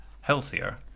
healthier